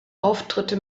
auftritte